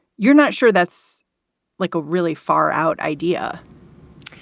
you're not sure that's like a really far out idea